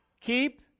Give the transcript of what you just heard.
keep